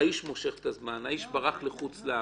האיש מושך את הזמן, האיש ברח לחוץ לארץ,